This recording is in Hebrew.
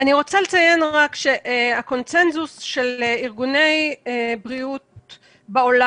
אני רק רוצה לציין שהקונצנזוס של ארגוני בריאות בעולם,